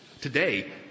Today